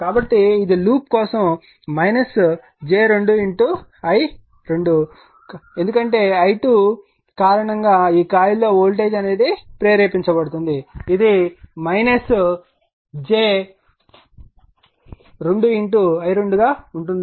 కాబట్టి ఇది ఈ లూప్ కోసం j 2 i2 గా ఉంటుంది ఎందుకంటే i2 కారణంగా ఈ కాయిల్ లో వోల్టేజ్ ప్రేరేపించబడుతుంది ఇది j 2 i2 గా ఉంటుంది